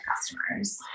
customers